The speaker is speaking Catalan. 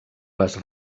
les